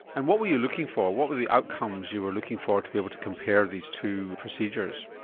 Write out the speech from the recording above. and what were you looking for, what were the outcomes you were looking for to be able to compare these two procedures?